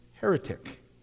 heretic